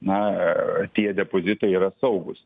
na tie depozitai yra saugūs